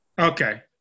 Okay